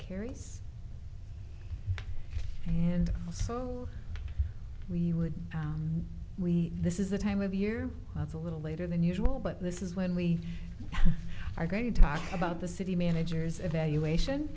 carries and so we would we this is the time of year that's a little later than usual but this is when we are going to talk about the city managers evaluation